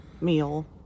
meal